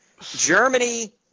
Germany